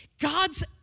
God's